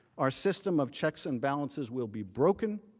our system of checks and balances will be broken